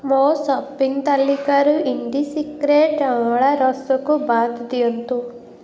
ମୋ ସପିଂ ତାଲିକାରୁ indie secret ଅଁଳା ରସକୁ ବାଦ୍ ଦିଅନ୍ତୁ